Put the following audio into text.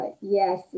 Yes